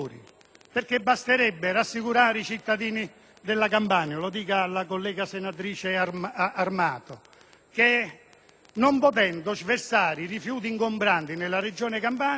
aree. Basterebbe rassicurare i cittadini della Campania, e mi rivolgo alla collega senatrice Armato. Questi, non potendo sversare i rifiuti ingombranti nella regione Campania,